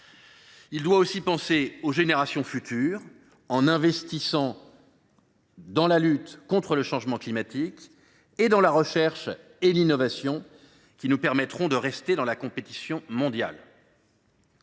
Il doit aussi penser aux générations futures, en investissant dans la lutte contre le changement climatique et dans la recherche et l’innovation, qui nous permettront de nous maintenir dans la compétition mondiale.